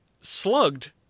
slugged